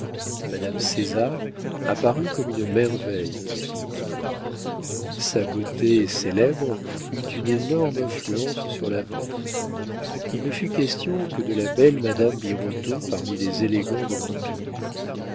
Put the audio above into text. madame césar apparut comme une merveille dans son comptoir sa beauté célèbre eut une énorme influence sur la vente il ne fut question que de la belle madame birotteau parmi les élégants de l'empire